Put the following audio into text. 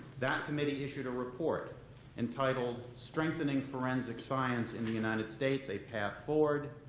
that committee issued a report entitled, strengthening forensic science in the united states a path forward.